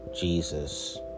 Jesus